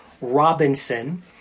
Robinson